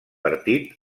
partit